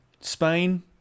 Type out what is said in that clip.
Spain